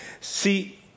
See